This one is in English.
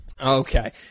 Okay